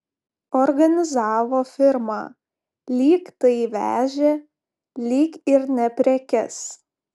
organizavo firmą lyg tai vežė lyg ir ne prekes